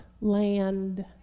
land